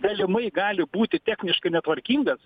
galimai gali būti techniškai netvarkingas